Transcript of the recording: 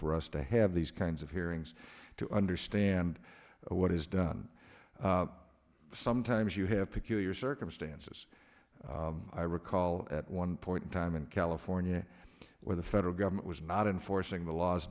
for us to have these kinds of hearings to understand what is done sometimes you have peculiar circumstances i recall at one point in time in california where the federal government was not enforcing the laws